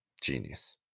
genius